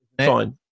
fine